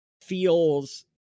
feels